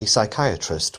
psychiatrist